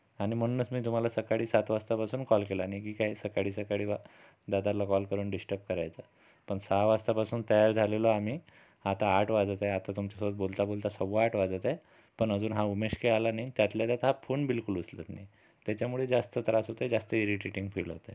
आणि म्हणूनच मी तुम्हाला सकाळी सात वाजतापासून कॉल केला नि की काय सकाळीसकाळी बा दादाला कॉल करून डिस्टब करायचा पण सहा वाजतापासून तयार झालेलो आम्ही आता आठ वाजत आहे आता तुमच्यासोबत बोलताबोलता सव्वा आठ वाजत आहे पण अजून हा उमेश काही आला नाही त्यातल्यात्यात हा फोन बिलकूल उचलत नाही त्याच्यामुळे जास्त त्रास होतंय जास्त इरिटेटिंग फील होतंय